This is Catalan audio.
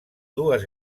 dues